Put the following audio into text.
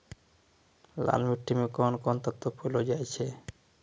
लाल मिट्टी मे कोंन कोंन तत्व पैलो जाय छै?